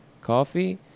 coffee